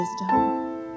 wisdom